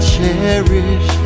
cherish